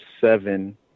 seven